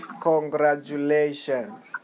congratulations